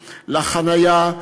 לחניה,